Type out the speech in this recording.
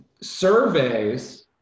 surveys